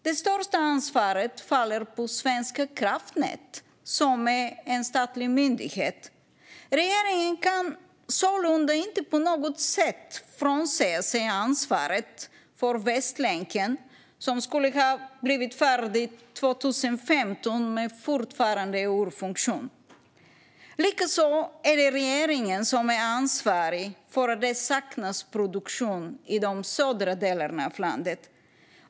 Det största ansvaret faller på Svenska kraftnät, som är en statlig myndighet. Regeringen kan sålunda inte på något sätt frånsäga sig ansvaret för Sydvästlänken. Den skulle ha blivit färdig 2015 men är fortfarande ur funktion. Likaså är det regeringen som är ansvarig för att det saknas produktion i de södra delarna i landet.